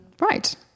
right